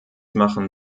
machen